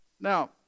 Now